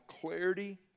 clarity